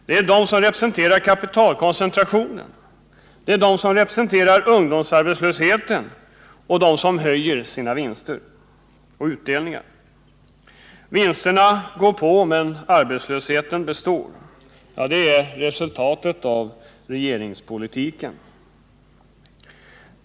Det är de som representerar kapitalkoncentrationen, de som representerar ungdomsarbetslösheten, som höjer sina vinster och utdelningar. Vinsterna går på, men arbetslösheten består. Detta är resultatet av regeringspolitiken.